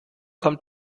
kommt